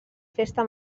festa